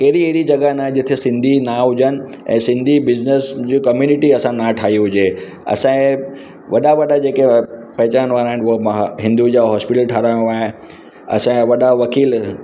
कहिड़ी अहिड़ी जॻहि नाहे जिथे सिंधी न हुजनि ऐं सिंधी बिज़नेस जूं कम्युनिटी असां ना ठाही हुजे असांजे वॾा वॾा जेके पहचान वारा आहिनि उहा मां हिंदुजा हॉस्पिटल ठाहिरायो ऐं असांजा वॾा वकील